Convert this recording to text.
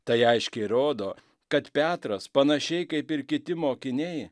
tai aiškiai rodo kad petras panašiai kaip ir kiti mokiniai